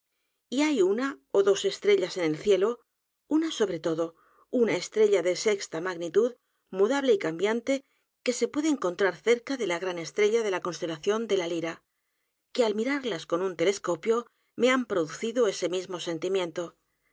y hay una ó dos estrellas en el cielo una sobre todo una estrella de sexta magnitud mudable y cambiante que se puede encontrar cerca de la g r a n estrella en la constelación de la lira que al mirarlas con un telescopio me han producido ese mismo sentimiento